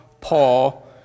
Paul